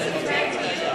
מסכימים.